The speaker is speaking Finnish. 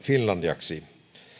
finlandiksi